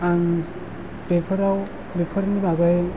आं बेफोराव बेफोरनि बागै